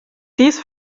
dies